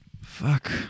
fuck